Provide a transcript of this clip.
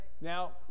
Now